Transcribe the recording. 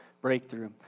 Breakthrough